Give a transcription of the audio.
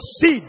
seed